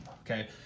okay